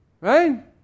Right